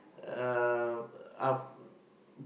um are